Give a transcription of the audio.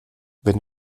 wenn